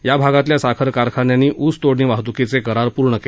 या भागातल्या साखर कारखान्यांनी ऊस तोडणी वाहतूकीचे करार पूर्ण केले आहेत